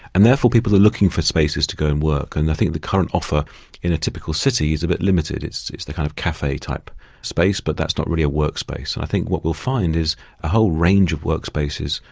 and therefore people are looking for spaces to go and work. and i think the current offer in a typical city is a bit limited, it is the kind of cafe type space, but that's not really a workspace. and i think what we'll find is a whole range of workspaces,